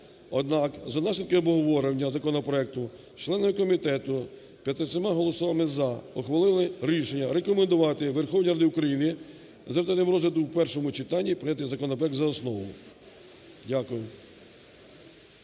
Однак за наслідками обговорення законопроекту члени комітету 15 голосами "за" ухвалили рішення: рекомендувати Верховній Раді України за результатами розгляду у першому читанні прийняти законопроект за основу. Дякую.